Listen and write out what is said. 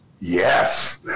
Yes